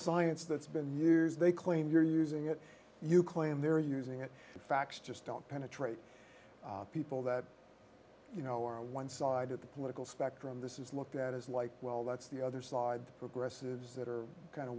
science that's been yours they claim you're using it you claim they're using it facts just don't penetrate people that you know are on one side of the political spectrum this is looked at as like well that's the other side progressives that are kind of